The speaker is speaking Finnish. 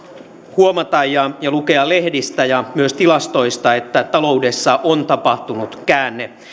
huomata ja lukea lehdistä ja myös tilastoista että taloudessa on tapahtunut käänne